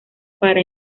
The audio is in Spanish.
para